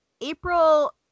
April